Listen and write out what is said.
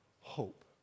hope